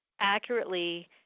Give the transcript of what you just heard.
accurately